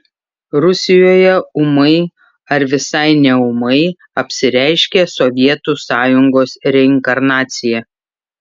rusijoje ūmai ar visai neūmai apsireiškė sovietų sąjungos reinkarnacija